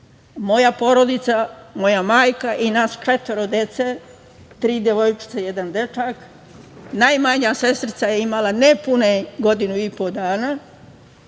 Moja porodica, moja majka i nas četvoro dece, tri devojčice i jedan dečak. Najmanja sestrica je imala nepunih godinu i po dana,